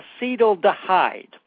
acetaldehyde